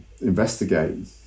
investigate